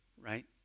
right